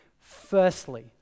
Firstly